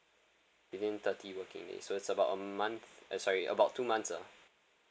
within thirty working days so it's about month eh sorry about two months ah